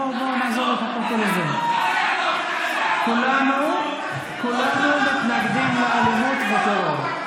בוא נעזוב את זה, כולנו מתנגדים לאלימות וטרור.